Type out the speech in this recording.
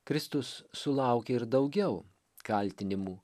kristus sulaukė ir daugiau kaltinimų